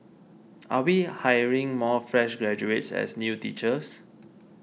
are we hiring more fresh graduates as new teachers